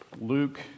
Luke